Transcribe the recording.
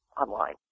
online